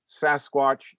Sasquatch